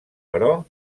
però